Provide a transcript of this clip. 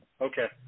Okay